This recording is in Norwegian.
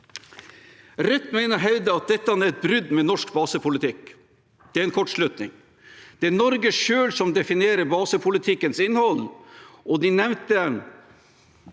Rødt mener å hevde at dette er et brudd med norsk basepolitikk. Det er en kortslutning. Det er Norge selv som definerer basepolitikkens innhold, og de nevnte